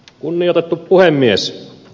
kunnioitettu puhemies